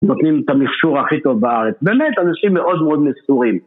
נותנים את המכשור הכי טוב בארץ, באמת אנשים מאוד מאוד מסורים.